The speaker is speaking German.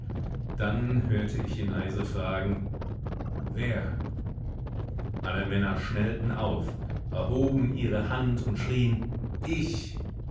dann hörte ich ihn leise fragen wer alle männer schnellten auf erhoben ihre hand und schrien ich